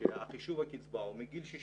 שחישוב הקצבה הוא מגיל 60